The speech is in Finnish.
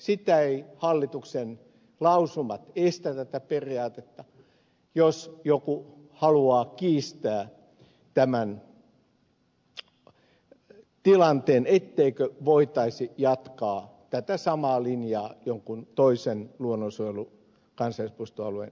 sitä eivät hallituksen lausumat estä tätä periaatetta jos joku haluaa kiistää tämän tilanteen etteikö voitaisi jatkaa tätä samaa linjaa jonkun toisen luonnonsuojelu kansallispuistoalueen suuntaan